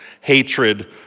hatred